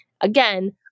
Again